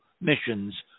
missions